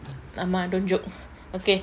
ஆமா:aama don't joke okay